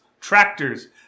tractors